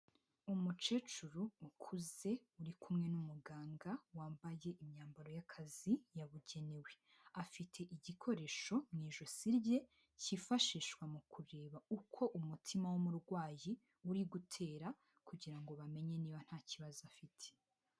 Umukecuru ukuze uri kumwe n'umuganga wambaye imyambaro y'akazi yabugenewe. Afite igikoresho mu ijosi rye, kifashishwa mu kureba uko umutima w'umurwayi, uri gutera kugira ngo bamenye niba nta kibazo afite.